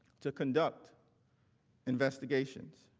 to conduct investigation.